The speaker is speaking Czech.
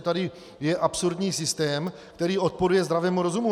Tady je absurdní systém, který odporuje zdravému rozumu.